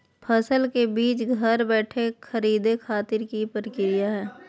फसल के बीज घर बैठे खरीदे खातिर की प्रक्रिया हय?